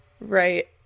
right